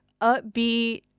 upbeat